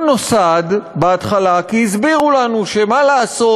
הוא נוסד בהתחלה כי הסבירו לנו שמה לעשות,